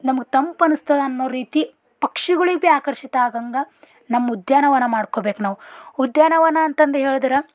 ನಮ್ಗೆ ತಂಪು ಅನಸ್ತದೆ ಅನ್ನೋ ರೀತಿ ಪಕ್ಷಿಗಳಿಗೆ ಭಿ ಆಕರ್ಷಿತ ಆಗಂಗೆ ನಮ್ಮ ಉದ್ಯಾನವನ ಮಾಡ್ಕೊಬೇಕು ನಾವು ಉದ್ಯಾನವನ ಅಂತಂದು ಹೇಳಿದ್ರ